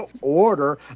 order